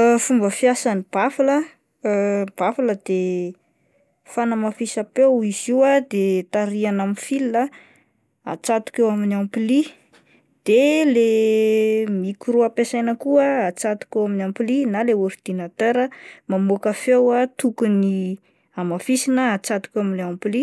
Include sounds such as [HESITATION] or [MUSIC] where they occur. [HESITATION] Fomba fiasan'ny bafla [HESITATION] bafla dia fanamafisam-peo izy io ah de tarihina amin'ny fil ah, atsatoka eo amin'ny ampli de le mikrô ampiasaina koa atsatoka eo amin'ny ampli na ilay ordinatera mamoaka feo ah tokony hamafisana atsatoka eo amin'ny ampli,